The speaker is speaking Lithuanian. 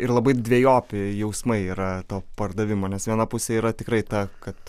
ir labai dvejopi jausmai yra to pardavimo nes viena pusė yra tikrai ta kad